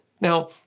Now